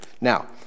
Now